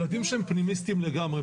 ילדים שהם פנימיסטים לגמרי,